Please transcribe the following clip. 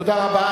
תודה רבה.